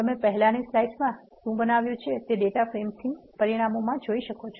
તમે પહેલાની સ્લાઇડ્સમાં તમે શું બનાવ્યું છે તે ડેટા ફ્રેમથી પરિણામમાં જોઈ શકો છો